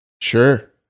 Sure